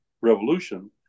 revolution